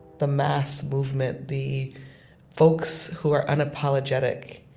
the mass movement, the folks who are unapologetic,